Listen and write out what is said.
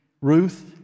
Ruth